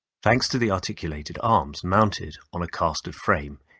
thanks to the articulated arms mounted on a castered frame,